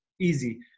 easy